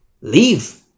leave